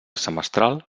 semestral